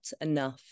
enough